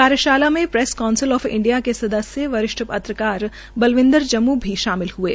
कार्यशाला मे press council of India के सदस्य वरष्ठि पत्रकार बलबिंदंर जम्मू भी शामिल हये